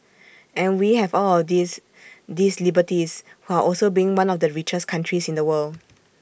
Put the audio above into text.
and we have all of these these liberties while also being one of the richest countries in the world